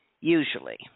usually